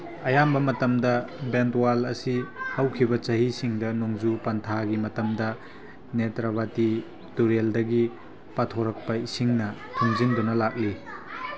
ꯑꯌꯥꯝꯕ ꯃꯇꯝꯗ ꯕꯦꯟꯇꯨꯋꯥꯜ ꯑꯁꯤ ꯈꯧꯈꯤꯕ ꯆꯍꯤꯁꯤꯡꯗ ꯅꯣꯡꯖꯨ ꯄꯟꯊꯥꯒꯤ ꯃꯇꯝꯗ ꯅꯦꯇ꯭ꯔꯕꯇꯤ ꯇꯨꯔꯦꯜꯗꯒꯤ ꯄꯥꯊꯣꯔꯛꯄ ꯏꯁꯤꯡꯅ ꯊꯨꯝꯖꯤꯟꯗꯨꯅ ꯂꯥꯛꯂꯤ